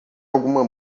alguma